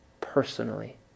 personally